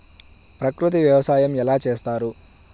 ప్రకృతి వ్యవసాయం ఎలా చేస్తారు?